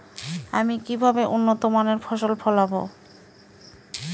আমি কিভাবে উন্নত মানের ফসল ফলাবো?